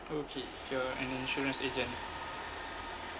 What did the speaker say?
okay if you're an insurance agent